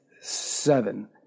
seven